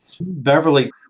Beverly